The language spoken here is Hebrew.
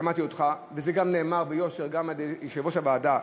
וזה גם נאמר ביושר גם על-ידי יושב-ראש הוועדה,